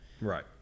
Right